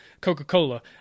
Coca-Cola